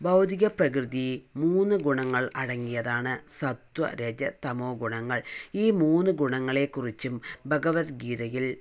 ബൗദ്ധിക പ്രകൃതി മൂന്ന് ഗുണങ്ങൾ അടങ്ങിയതാണ് സത്വ രജ തമോ ഗുണങ്ങൾ ഈ മൂന്ന് ഗുണങ്ങളെക്കുറിച്ചും ഭഗവത്ഗീതയിൽ